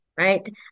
right